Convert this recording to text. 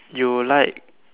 you like